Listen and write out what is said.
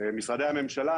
משרדי הממשלה.